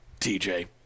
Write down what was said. TJ